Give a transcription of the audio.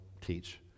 teach